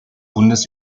hundes